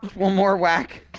one more whack!